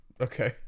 Okay